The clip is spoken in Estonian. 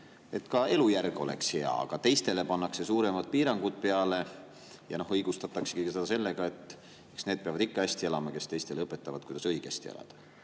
et ka elujärg oleks hea, aga teistele pannakse suuremad piirangud peale? Seda õigustataksegi sellega, et need peavad ikka hästi elama, kes teistele õpetavad, kuidas õigesti elada.